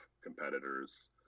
competitors